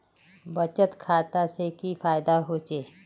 बचत खाता से की फायदा होचे?